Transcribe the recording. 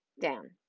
down